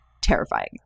Terrifying